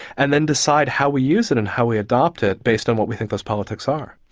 and then decide how we use it and how we adopt it based on what we think those politics are.